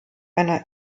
einer